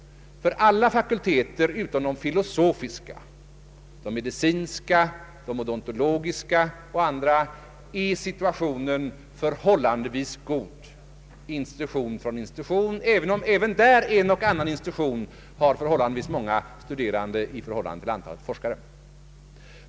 För alla fakulteter utom de filosofiska — för de medicinska, odontologiska och andra — är situationen förhållandevis god, institution för institution, även om också en och annan institution där har förhållandevis många studerande jämfört med antalet forskare.